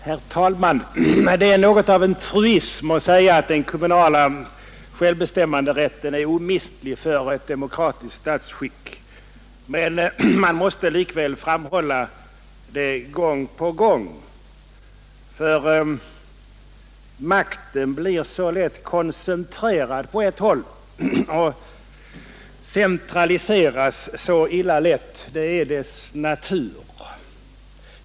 Herr talman! Det är något av en truism att säga att den kommunala självbestämmanderätten är omistlig för ett demokratiskt statsskick. Men man måste likväl framhålla det gång på gång. Makten blir så lätt koncentrerad på ett håll och gärna centraliserad — det är dess natur.